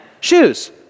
shoes